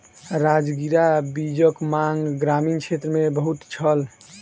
राजगिरा बीजक मांग ग्रामीण क्षेत्र मे बहुत छल